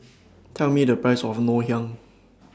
Tell Me The Price of Ngoh Hiang